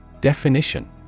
Definition